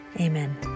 Amen